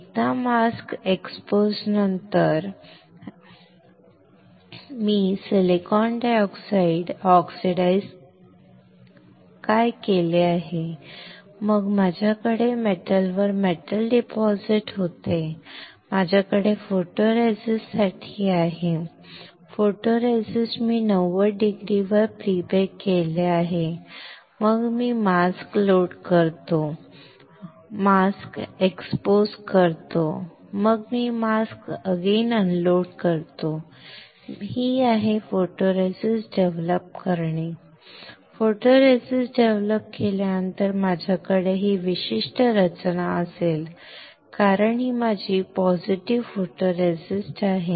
एकदा mask exposure नंतर हे पहा मी सिलिकॉन डायऑक्साइड ऑक्सिडाईझ काय केले आहे मग माझ्याकडे मेटलवर मेटल डिपॉझिट होते माझ्याकडे फोटोरेसिस्टसाठी आहे फोटोरेसिस्ट मी ते 90 डिग्रीवर प्री बेक केले आहे मग मी मास्क लोड करतो मी मास्क उघडतो मग मी मास्क अनलोड करतो मी आहे फोटोरेसिस्ट डेव्हलप करणे फोटोरेसिस्ट डेव्हलप केल्यानंतर माझ्याकडे ही विशिष्ट रचना असेल कारण ही माझी पॉझिटिव्ह फोटोरेसिस्ट आहे